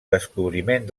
descobriment